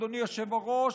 אדוני היושב-ראש,